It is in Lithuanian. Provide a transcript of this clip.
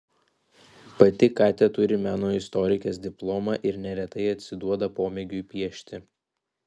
pati katia turi meno istorikės diplomą ir neretai atsiduoda pomėgiui piešti